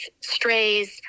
strays